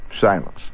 silence